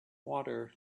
water